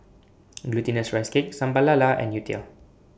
Glutinous Rice Cake Sambal Lala and Youtiao